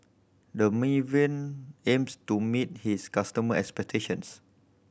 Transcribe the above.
Dermaveen aims to meet his customer expectations